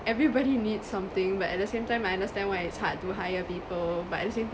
everybody needs something but at the same time I understand why it's hard to hire people but at the same